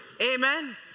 Amen